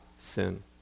sin